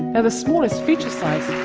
and the smallest feature size,